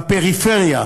בפריפריה,